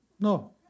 No